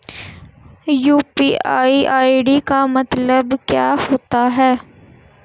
UPI ID का मतलब क्या होता है?